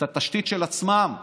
התשתית של עצמן.